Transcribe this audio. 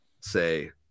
say